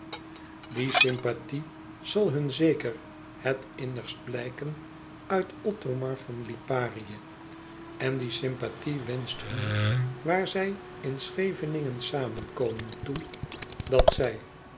die sympathie zal hun zeker het innigst blijken uit othomar van liparië en die sympathie wenscht hun waar zij in scheveningen samen komen toe dat zij